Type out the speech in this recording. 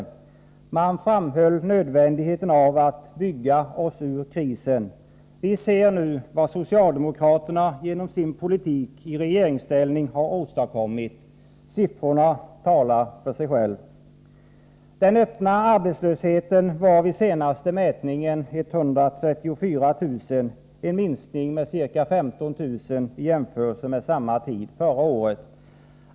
Socialdemokraterna framhöll nödvändigheten av att ”bygga oss ur krisen”. Vi ser nu vad de genom sin politik i regeringsställning har åstadkommit. Siffrorna talar för sig själva. Den öppna arbetslösheten var vid senaste mätningen 134 000, en minskning med ca 15 000 i jämförelse med samma tid förra året.